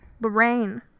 Lorraine